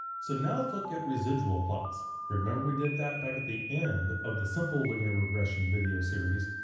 so now let's look at residual plots. remember we did that back at the end of the simple linear regression video series.